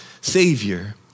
Savior